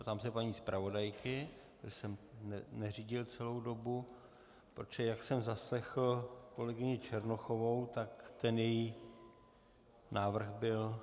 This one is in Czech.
Ptám se paní zpravodajky, protože jsem neřídil celou dobu, protože jak jsem zaslechl kolegyni Černochovou, tak ten její návrh byl...